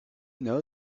know